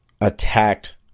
attacked